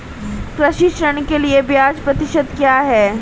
कृषि ऋण के लिए ब्याज प्रतिशत क्या है?